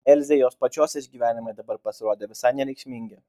elzei jos pačios išgyvenimai dabar pasirodė visai nereikšmingi